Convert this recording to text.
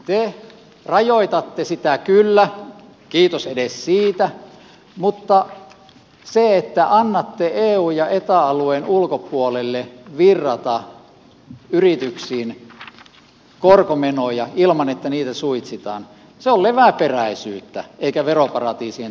te rajoitatte sitä kyllä kiitos edes siitä mutta se että annatte eu ja eta alueen ulkopuolelle virrata yrityksiin korkomenoja ilman että niitä suitsitaan on leväperäisyyttä eikä veroparatiisien tukkimista